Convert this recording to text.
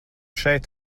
šeit